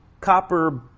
copper